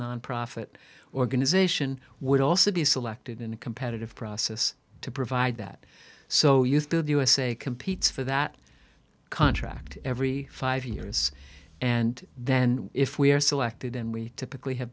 nonprofit organization would also be selected in a competitive process to provide that so use the usa competes for that contract every five years and then if we are selected and we typically have